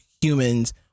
humans